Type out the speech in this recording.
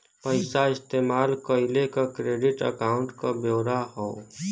पइसा इस्तेमाल कइले क क्रेडिट अकाउंट क ब्योरा हौ